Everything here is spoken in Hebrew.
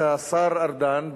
את השר ארדן,